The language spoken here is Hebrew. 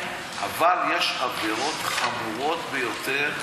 אבל יש עבירות חמורות ביותר.